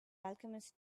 alchemist